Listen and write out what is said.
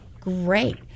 great